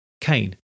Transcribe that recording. Cain